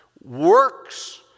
works